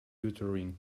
uterine